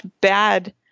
bad